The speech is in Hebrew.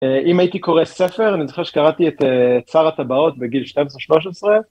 אם הייתי קורא ספר אני זוכר שקראתי את שר הטבעות בגיל 12-13